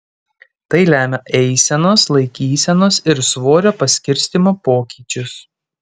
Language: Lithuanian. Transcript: tai lemia eisenos laikysenos ir svorio paskirstymo pokyčius